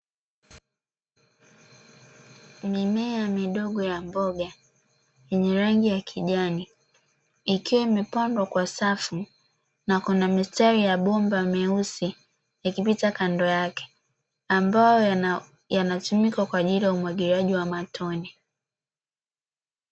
Mimea midogo ya mboga yenye rangi ya kijani, ikiwa imepandwa kwa safu, na Kuna mistari ya bomba meusi ikipita kando yake, ambayo yanatumika kwa umwagiliaji wa matone.